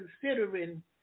considering